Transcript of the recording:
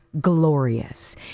glorious